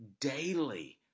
daily